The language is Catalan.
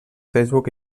facebook